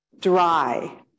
dry